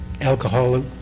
alcohol